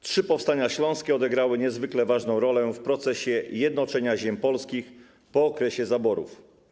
Trzy powstania śląskie odegrały niezwykle ważną rolę w procesie jednoczenia ziem polskich po okresie zaborów.